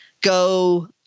go